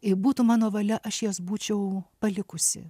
būtų mano valia aš jas būčiau palikusi